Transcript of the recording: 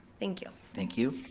thank you. thank you.